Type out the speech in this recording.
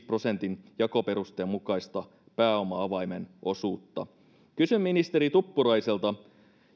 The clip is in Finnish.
prosentin jakoperusteen mukaista pääoma avaimen osuutta kysyn ministeri tuppuraiselta